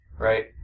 Right